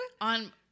On